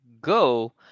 go